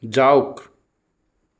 যাওক